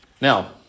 Now